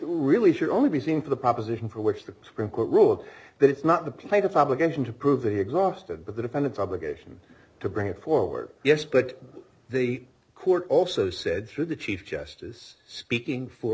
really should only be seen for the proposition for which the supreme court ruled that it's not the plaintiff obligation to prove the exhausted but the defendant's obligation to bring it forward yes but the court also said through the chief justice speaking for